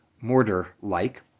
mortar-like